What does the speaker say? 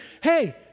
hey